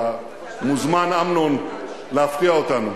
אתה מוזמן, אמנון, להפתיע אותנו.